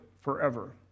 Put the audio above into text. forever